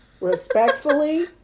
respectfully